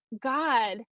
God